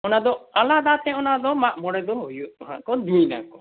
ᱚᱱᱟᱫᱚ ᱟᱞᱟᱫᱟᱛᱮ ᱚᱱᱟᱫᱚ ᱢᱟᱜᱼᱢᱚᱲᱮ ᱫᱚ ᱦᱩᱭᱩᱜ ᱦᱟᱸᱜ ᱠᱚ ᱫᱤᱱ ᱟᱠᱚ